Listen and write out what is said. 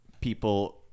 people